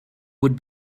would